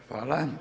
Hvala.